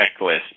checklist